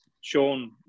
Sean